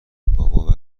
بابا